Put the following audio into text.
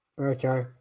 Okay